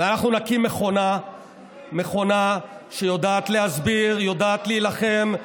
ואנחנו נקים מכונה שיודעת להסביר, יודעת להילחם,